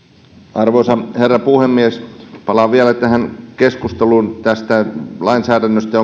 arvoisa herra puhemies palaan vielä keskusteluun tästä lainsäädännöstä